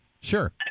Sure